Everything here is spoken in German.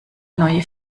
neue